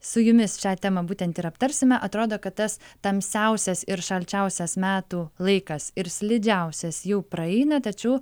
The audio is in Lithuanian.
su jumis šią temą būtent ir aptarsime atrodo kad tas tamsiausias ir šalčiausias metų laikas ir slidžiausias jau praeina tačiau